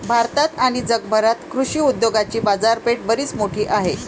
भारतात आणि जगभरात कृषी उद्योगाची बाजारपेठ बरीच मोठी आहे